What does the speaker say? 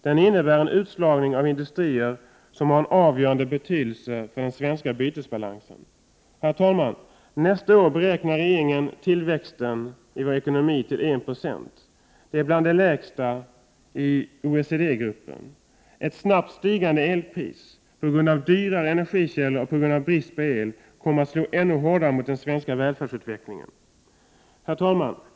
Den innebär en utslagning av industrier som har en avgörande betydelse för den svenska bytesbalansen. Herr talman! Nästa år beräknar regeringen tillväxten i den svenska ekonomin till 1 26. Det är bland de lägsta siffrorna i OECD-gruppen. Ett snabbt stigande elpris, på grund av dyrare energikällor och brist på el, kommer att slå ännu hårdare mot den svenska välfärdsutvecklingen.